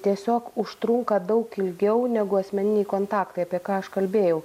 tiesiog užtrunka daug ilgiau negu asmeniniai kontaktai apie ką aš kalbėjau